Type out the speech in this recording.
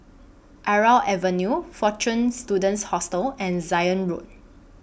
Irau Avenue Fortune Students Hostel and Zion Road